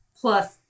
plus